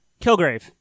Kilgrave